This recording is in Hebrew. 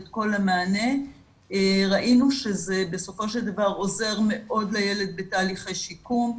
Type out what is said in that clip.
את כל המענה ראינו שזה בסופו של דבר עוזר מאוד לילד בתהליכי שיקום.